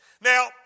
Now